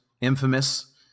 infamous